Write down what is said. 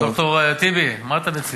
ד"ר טיבי, מה אתה מציע?